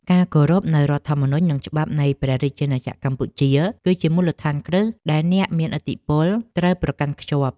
ការគោរពនូវរដ្ឋធម្មនុញ្ញនិងច្បាប់នៃព្រះរាជាណាចក្រកម្ពុជាគឺជាមូលដ្ឋានគ្រឹះដែលអ្នកមានឥទ្ធិពលត្រូវប្រកាន់ខ្ជាប់។